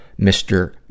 Mr